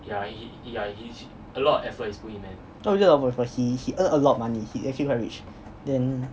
not really a lot of effort he earn a lot of money he actually very rich